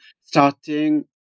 starting